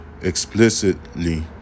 explicitly